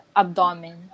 abdomen